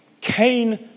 Cain